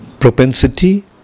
Propensity